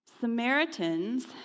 Samaritans